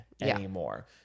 anymore